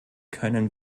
können